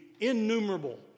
innumerable